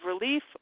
relief